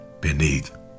beneath